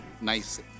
Nice